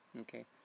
okay